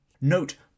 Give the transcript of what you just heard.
Note